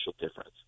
difference